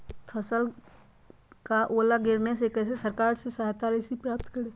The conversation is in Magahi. फसल का ओला गिरने से कैसे सरकार से सहायता राशि प्राप्त करें?